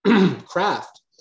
craft